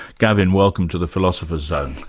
gavin welcome to the philosopher's zone.